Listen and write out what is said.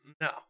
No